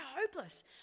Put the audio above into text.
hopeless